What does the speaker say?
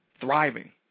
thriving